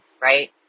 Right